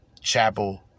Chapel